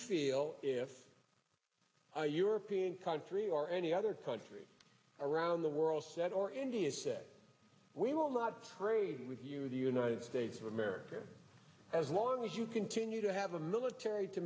feel if european country or any other country around the world said or india said we will not raid with you the united states of america as long as you continue to have a military to